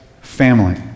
family